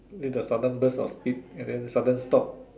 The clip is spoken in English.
with the sudden burst of speed and then sudden stop